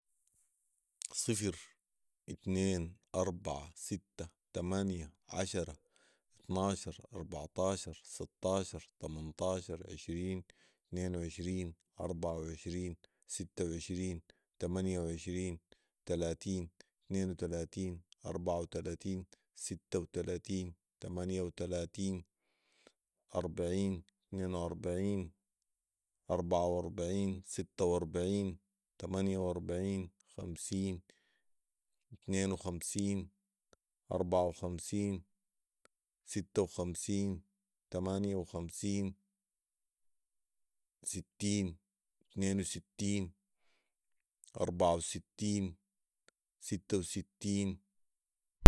صفر ،اتنين ،اربعه ،سته ،تمانيه، عشره ،اطناشر ،اربعطاشر ، سطاشر ، تمنطاشر ،عشرين ،اتنين وعشرين ،اربعة وعشرين ، سته وعشرين ، تمانيه وعشرين ، تلاتين ،اتنين وتلاتين ،اربعه وتلاتين ، سته وتلاتين ، تمانيه وتلاتين ،اربعين ،اتنين واربعين ،اربعه واربعين ، سته واربعين ، تمانيه واربعين ، خمسين ، اتنين وخمسين ، اربعه وخمسين ، سته وخمسين ، تمانيه وخمسين ، ستين ، اتنين وستين ، اربعه وستين ، سته وستين